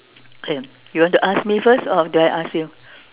okay you want to ask me first or do I ask you